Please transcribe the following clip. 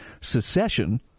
secession